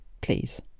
Please